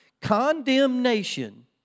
Condemnation